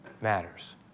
matters